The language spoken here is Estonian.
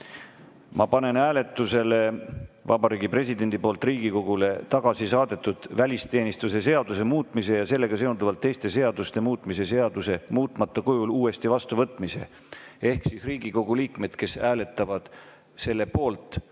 Ma panen hääletusele Vabariigi Presidendi poolt Riigikogule tagasi saadetud välisteenistuse seaduse muutmise ja sellega seonduvalt teiste seaduste muutmise seaduse muutmata kujul uuesti vastuvõtmise. Ehk siis Riigikogu liikmed, kes hääletavad selle poolt,